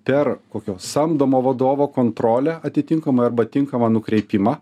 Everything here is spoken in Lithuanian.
per kokio samdomo vadovo kontrolę atitinkamai arba tinkamą nukreipimą